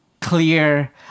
clear